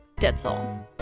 Ditzel